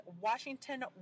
Washington